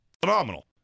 phenomenal